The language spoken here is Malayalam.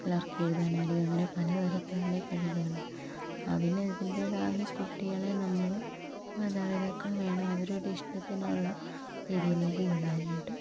ക്ലർക്ക് എഴുതാനായിരിക്കും അങ്ങനെ പല തരത്തിലുള്ള കഴിവുകൾ അതിന് ഇതിൻറെതായി കുട്ടികളെ നമ്മൾ മാതപിതാക്കൾ വേണം അവരുടെ ഇഷ്ടത്തിനുള്ള രീതിയിലേക്ക് വിടാനായിട്ട്